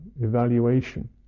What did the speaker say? evaluation